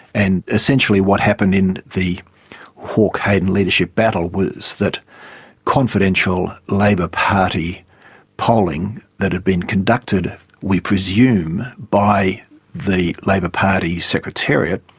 and essentially what happened in the hawke hayden leadership battle was that confidential labor party polling that had been conducted we presume by the labor party secretariat,